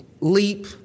leap